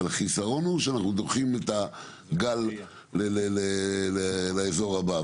אבל החיסרון הוא שאנחנו דוחים את הגל לאיזור הבא.